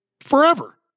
forever